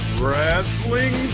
wrestling